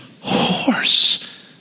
horse